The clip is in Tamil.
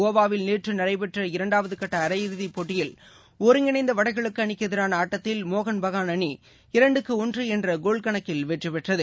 கோவாவில் நேற்றுநடைபெற்ற இரண்டாவதுகட்டஅரையிறுதிப் போட்டியில் ஒருங்கிணைந்தவடகிழக்குஅணிக்குஎதிரானஆட்டத்தில் மோகன் பகான் இரண்டுக்கு அணி ஒன்றுஎன்றகோல் கணக்கில் வெற்றிபெற்றது